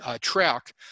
track